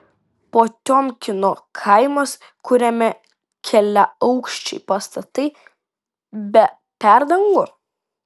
potiomkino kaimas kuriame keliaaukščiai pastatai be perdangų